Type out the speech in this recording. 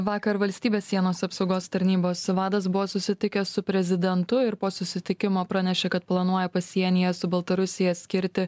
vakar valstybės sienos apsaugos tarnybos vadas buvo susitikęs su prezidentu ir po susitikimo pranešė kad planuoja pasienyje su baltarusija skirti